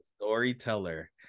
storyteller